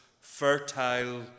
fertile